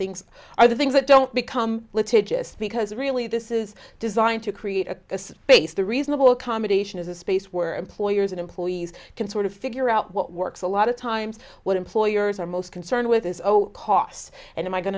things are the things that don't become litigious because really this is designed to create a base the reasonable accommodation is a space where employers and employees can sort of figure out what works a lot of times what employers are most concerned with is costs and am i going